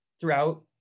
throughout